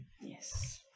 Yes